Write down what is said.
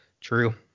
True